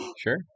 Sure